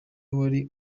wari